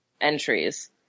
entries